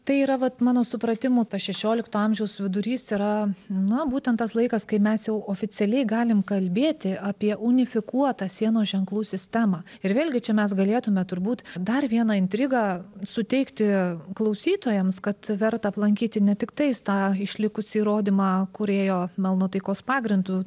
tai yra vat mano supratimu tas šešiolikto amžiaus vidurys yra na būtent tas laikas kai mes jau oficialiai galim kalbėti apie unifikuotą sienos ženklų sistemą ir vėlgi čia mes galėtume turbūt dar vieną intrigą suteikti klausytojams kad verta aplankyti ne tiktai jis tą išlikusį įrodymą kur ėjo melno taikos pagrindu